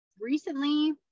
recently